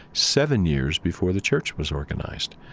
seven years before the church was organized.